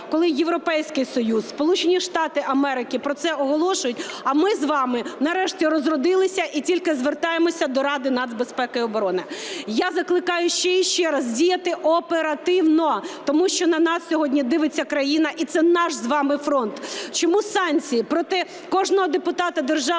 коли Європейський Союз, Сполучені Штати Америки про це оголошують, а ми з вами нарешті розродилися і тільки звертаємося до Ради нацбезпеки і оборони. Я закликаю ще і ще раз діяти оперативно, тому що на нас сьогодні дивиться країна і це наш з вами фронт. Чому санкції проти кожного депутата Державної